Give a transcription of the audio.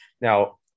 Now